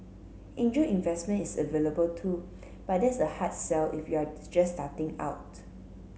angel investment is available too but that's a hard sell if you're just starting out